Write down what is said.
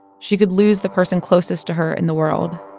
she could lose the person closest to her in the world,